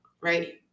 right